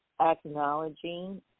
acknowledging